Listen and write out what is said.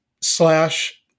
Slash